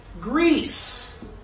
Greece